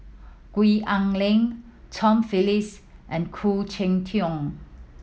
Gwee Ah Leng Tom Phillips and Khoo Cheng Tiong